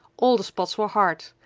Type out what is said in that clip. all the spots were hard,